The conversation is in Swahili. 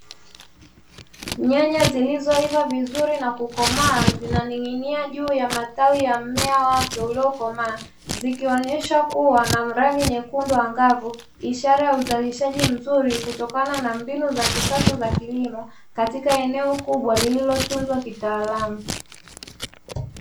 Nyanya zilizoiva vizuri na kukomaa zinaning'íng'ía juu ya matawi ya mmea wake uliokomaaa, zikionesha kuwa rangi nyekundu zikionesha ishara nzuri kutokana na ishara ya kisasa ya kilimo katika eneo kubwa lililotunzwa kitaalamu.